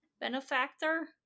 benefactor